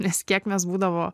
nes kiek mes būdavo